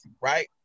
right